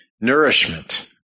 nourishment